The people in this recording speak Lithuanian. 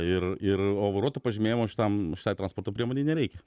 ir ir o vairuotojo pažymėjimo šitam šitai transporto priemonei nereikia